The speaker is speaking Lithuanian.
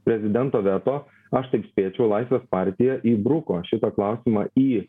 prezidento veto aš taip spėčiau laisvės partija įbruko šitą klausimą į